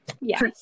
yes